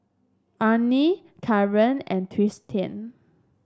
Arnie Caren and Tristian